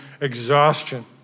exhaustion